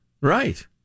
right